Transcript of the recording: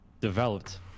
developed